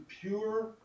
pure